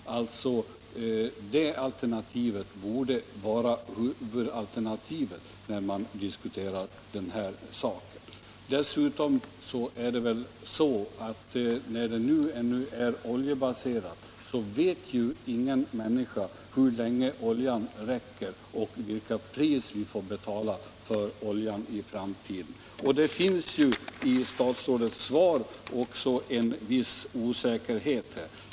Det alternativet borde vara huvudalternativet när man diskuterar den här saken. När försörjningen är oljebaserad, måste man ju räkna med att ingen människa vet hur länge oljan räcker och vilka priser vi får betala i framtiden. I statsrådets svar märker man också en viss osäkerhet.